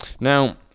Now